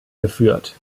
geführt